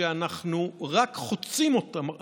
כשאנחנו רק חוצים אותם,